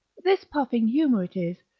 this puffing humour it is,